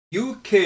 UK